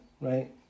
right